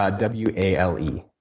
ah w a l e.